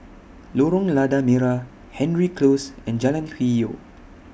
Lorong Lada Merah Hendry Close and Jalan Hwi Yoh